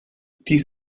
dies